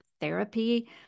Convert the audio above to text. therapy